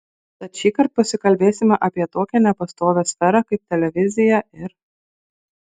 tad šįkart pasikalbėsime apie tokią nepastovią sferą kaip televizija ir